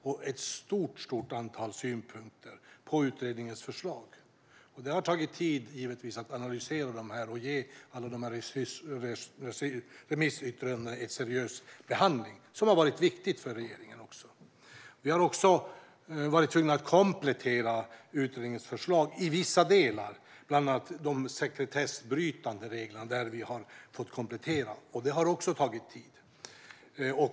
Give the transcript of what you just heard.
Det kom in ett stort antal synpunkter på utredningens förslag. Det har givetvis tagit tid att analysera alla synpunkter och att seriöst behandla alla remissyttranden. Det har varit viktigt för regeringen. Vi har också varit tvungna att komplettera utredningens förslag i vissa delar, bland annat när det gäller de sekretessbrytande reglerna. Det har också tagit tid.